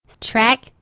track